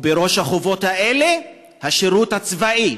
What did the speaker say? ובראש החובות האלה השירות הצבאי,